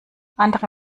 andere